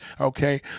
Okay